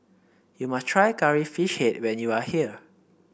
you must try Curry Fish Head when you are here